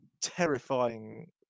terrifying